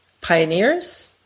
pioneers